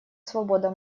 свобода